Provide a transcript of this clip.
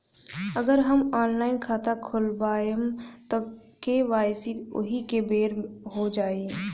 अगर हम ऑनलाइन खाता खोलबायेम त के.वाइ.सी ओहि बेर हो जाई